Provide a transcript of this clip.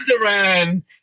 Duran